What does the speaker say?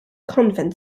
convent